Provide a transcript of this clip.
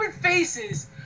faces